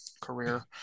career